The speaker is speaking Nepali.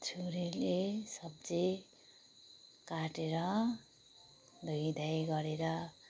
छुरीले सब्जी काटेर धोइधाई गरेर